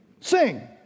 Sing